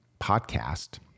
podcast